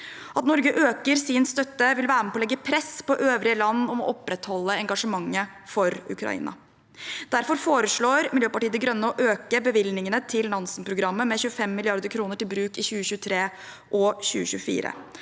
At Norge øker sin støtte, vil være med på å legge press på øvrige land om å opprettholde engasjementet for Ukraina. Derfor foreslår Miljøpartiet De Grønne å øke bevilgningene til Nansen-programmet med 25 mrd. kr til bruk i 2023 og 2024,